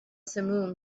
simum